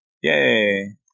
Yay